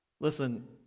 Listen